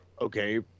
okay